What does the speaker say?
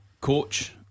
coach